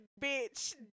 bitch